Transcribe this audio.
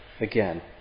Again